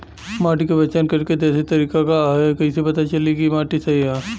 माटी क पहचान करके देशी तरीका का ह कईसे पता चली कि माटी सही ह?